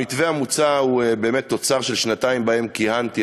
המתווה המוצע הוא באמת תוצר של שנתיים שבהן כיהנתי,